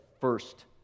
first